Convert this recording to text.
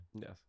Yes